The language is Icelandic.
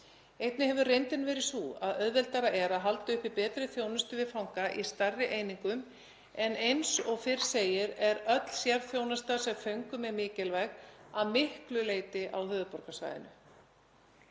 Einnig hefur reyndin verið sú að auðveldara er að halda uppi betri þjónustu við fanga í stærri einingum en eins og fyrr segir er öll sérþjónusta sem föngum er mikilvæg að miklu leyti á höfuðborgarsvæðinu.